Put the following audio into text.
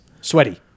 Sweaty